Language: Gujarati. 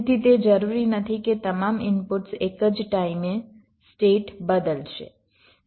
તેથી તે જરૂરી નથી કે તમામ ઇનપુટ્સ એક જ ટાઈમે સ્ટેટ બદલશે